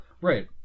right